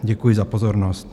Děkuji za pozornost.